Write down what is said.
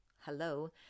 hello